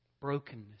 brokenness